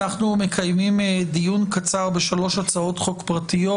אנחנו מקיימים דיון קצר בשלוש הצעות חוק פרטיות.